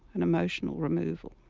an emotional removal.